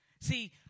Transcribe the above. See